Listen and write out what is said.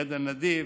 יד הנדיב,